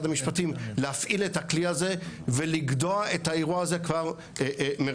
המשפטים להפעיל את הכלי הזה ולגדוע את האירוע הזה כבר מראשיתו.